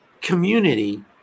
community